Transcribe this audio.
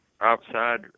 outside